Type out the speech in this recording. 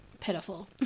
pitiful